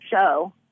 show